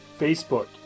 Facebook